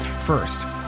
First